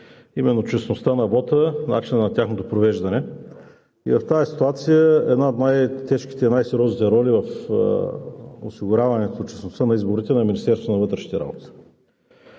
именно честността на вота, начина на тяхното провеждане. В тази ситуация една от най-тежките и най-сериозните роли в осигуряване честността на изборите е на Министерството на вътрешните работи.